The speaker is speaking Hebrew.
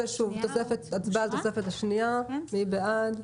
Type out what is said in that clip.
מי בעד?